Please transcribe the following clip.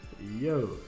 Yo